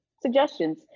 suggestions